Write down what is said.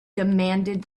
demanded